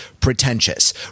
pretentious